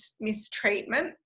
mistreatment